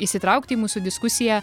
įsitraukti į mūsų diskusiją